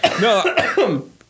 No